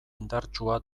indartsua